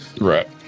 Right